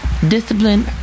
Discipline